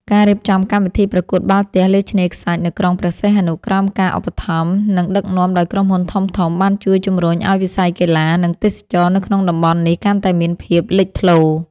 ការរៀបចំកម្មវិធីប្រកួតបាល់ទះលើឆ្នេរខ្សាច់នៅក្រុងព្រះសីហនុ ក្រោមការឧបត្ថម្ភ និងដឹកនាំដោយក្រុមហ៊ុនធំៗ បានជួយជំរុញឱ្យវិស័យកីឡា និងទេសចរណ៍នៅក្នុងតំបន់នេះកាន់តែមានភាពលេចធ្លោ។